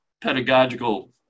pedagogical